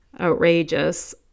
outrageous